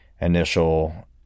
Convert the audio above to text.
initial